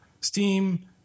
steam